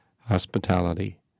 hospitality